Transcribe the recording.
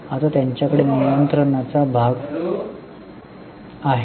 आता त्यांच्याकडे नियंत्रणाचा भाग आहे